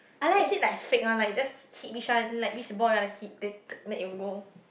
is it like fake one like just hit which one like which ball you want to hit then then it will go